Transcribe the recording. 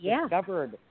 discovered